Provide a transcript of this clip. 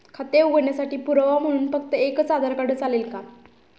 खाते उघडण्यासाठी पुरावा म्हणून फक्त एकच आधार कार्ड चालेल का?